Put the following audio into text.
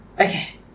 Okay